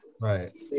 right